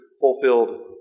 fulfilled